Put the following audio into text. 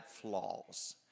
flaws